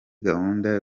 gahunda